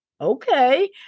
okay